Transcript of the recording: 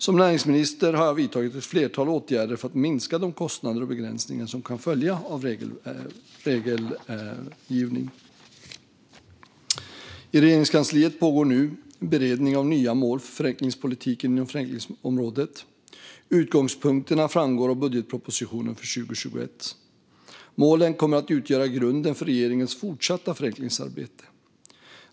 Som näringsminister har jag vidtagit ett flertal åtgärder för att minska de kostnader och begränsningar som kan följa av regelgivning. I Regeringskansliet pågår nu beredning av nya mål för förenklingspolitiken inom förenklingsområdet. Utgångspunkterna framgår av budgetpropositionen för 2021. Målen kommer att utgöra grunden för regeringens fortsatta förenklingsarbete.